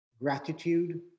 gratitude